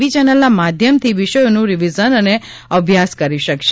વી ચેનલના માધ્યમથી વિષયોનું રિવિઝન અને અભ્યાસ કરી શકશે